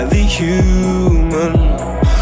human